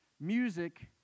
music